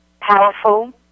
Powerful